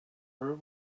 her